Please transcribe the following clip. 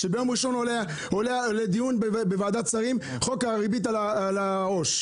שביום ראשון עולה לדיון בוועדת שרים חוק הריבית על העו"ש.